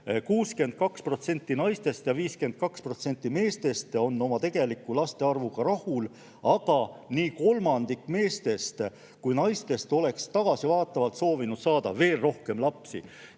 62% naistest ja 52% meestest on oma tegeliku laste arvuga rahul. Aga kolmandik nii meestest kui ka naistest oleks tagasivaatavalt soovinud saada veel rohkem lapsi